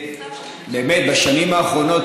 באמת בשנים האחרונות,